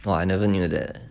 !wah! I never knew that eh